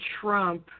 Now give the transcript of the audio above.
Trump